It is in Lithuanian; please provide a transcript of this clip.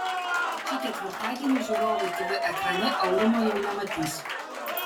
tad šį ketvirtadienį žiūrovai tv ekrane aurimo jau nematys